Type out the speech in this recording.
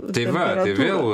tai va vėl